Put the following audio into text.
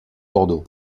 bordeaux